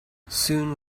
soon